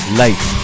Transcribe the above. life